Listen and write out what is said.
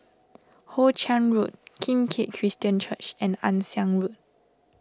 Hoe Chiang Road Kim Keat Christian Church and Ann Siang Road